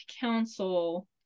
Council